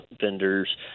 vendors